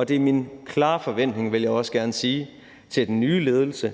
Det er min klare forventning til den nye ledelse, vil jeg også gerne sige,